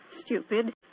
stupid